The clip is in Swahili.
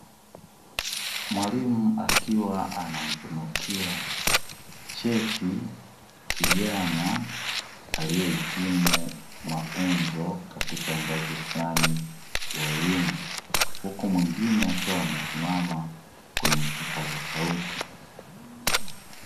Mwalimu akiwa anamtunukia cheti kijana aliyehitimu mafunzo katika ngazi fulani ya elimu. Huku mwingine akiwa amesimama kwenye kipaza sauti.